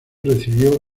recibió